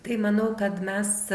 tai manau kad mes